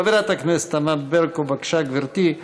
חברת הכנסת ענת ברקו, בבקשה, גברתי.